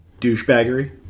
douchebaggery